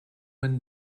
win